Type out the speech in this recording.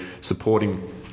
supporting